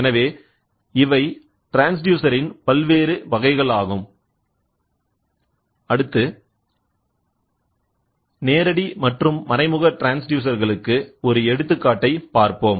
எனவே இவை ட்ரான்ஸ்டியூசர் இன் பல்வேறு வகைகள் நேரடி மற்றும் மறைமுக ட்ரான்ஸ்டியூசர் களுக்கு ஒரு எடுத்துக்காட்டைப் பார்ப்போம்